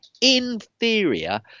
inferior